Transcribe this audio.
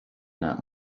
not